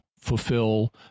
fulfill